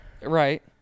Right